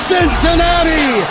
Cincinnati